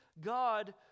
God